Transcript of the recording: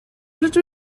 rydw